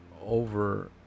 over